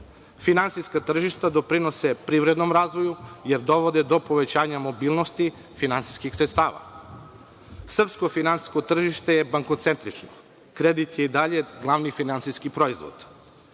Finansijska tržišta doprinose privrednom razvoju jer dovode do povećanja mobilnosti finansijskih sredstava. Srpsko finansijsko tržište je bankocentrično. Kredit je i dalje glavni finansijski proizvod. Zbog